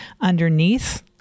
underneath